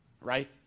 Right